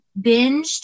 binged